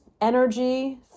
energy